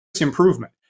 improvement